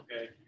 Okay